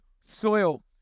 soil